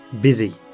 busy